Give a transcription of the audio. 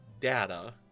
data